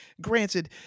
granted